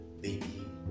baby